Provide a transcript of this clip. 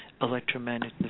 electromagnetism